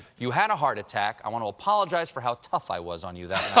you had a heart attack. i want to apologize for how tough i was on you.